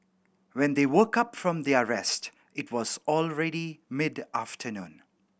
when they woke up from their rest it was already mid afternoon